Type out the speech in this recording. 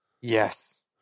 Yes